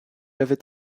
avait